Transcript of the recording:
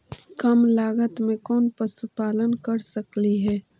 कम लागत में कौन पशुपालन कर सकली हे?